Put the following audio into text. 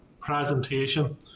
presentation